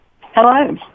Hello